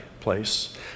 place